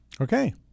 Okay